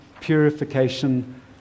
purification